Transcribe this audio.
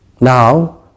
Now